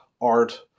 art